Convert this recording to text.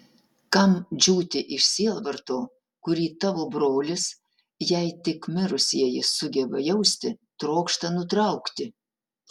kam džiūti iš sielvarto kurį tavo brolis jei tik mirusieji sugeba jausti trokšta nutraukti